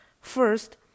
First